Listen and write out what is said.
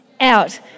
out